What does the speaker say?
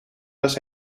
was